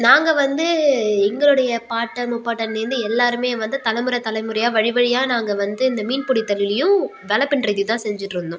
நாங்கள் வந்து எங்களோடைய பாட்டன் முப்பாட்டன்லேருந்து எல்லோருமே வந்து தலைமுறை தலைமுறையாக வழி வழியாக நாங்கள் வந்து இந்த மீன் பிடி தொழிலையும் வலை பின்றதையும் தான் செஞ்சுட்டு இருந்தோம்